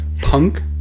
Punk